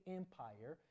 empire